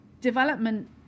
development